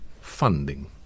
funding